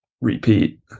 repeat